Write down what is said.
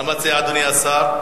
מה מציע אדוני השר?